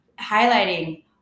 highlighting